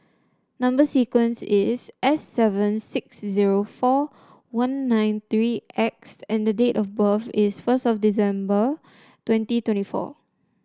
number sequence is S seven six zero four one nine three X and the date of birth is first of December twenty twenty four